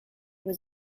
was